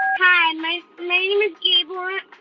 hi. and my name is gabriel,